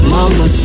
Mama